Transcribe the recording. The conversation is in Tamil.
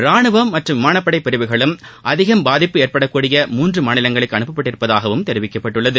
ரானுவம் மற்றும் விமானப்படை பிரிவுகளும் அதிகம் பாதிப்பு ஏற்படக்கூடிய மூன்று மாநிலங்களுக்கு அனுப்பப்பட்டுள்ளதாகவும் தெரிவிக்கப்பட்டுள்ளது